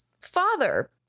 father